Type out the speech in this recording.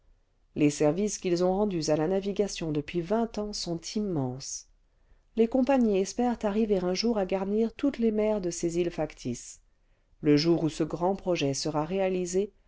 les services qu'ils ont rendus à la navigation depuis vingt ans sont immenses les compagnies espèrent arriver un jour à garnir toutes les mers de ces îles factices le jour où ce grand projet sera réalisé